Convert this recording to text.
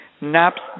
naps